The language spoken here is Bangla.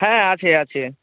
হ্যাঁ আছে আছে